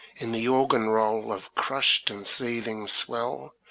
in the organ-roll of crushed and seething swell,